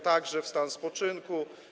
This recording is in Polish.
także w stan spoczynku.